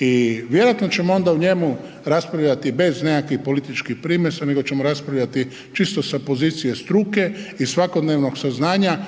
I vjerojatno ćemo onda o njemu raspravljati bez nekakvih političkih primjesa nego ćemo raspravljati čisto sa pozicije struke i svakodnevnog saznanja